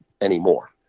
anymore